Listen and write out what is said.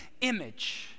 image